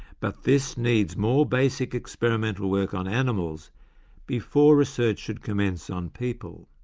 but this needs more basic experimental work on animals before research should commence on people.